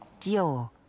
Dior